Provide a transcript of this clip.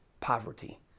poverty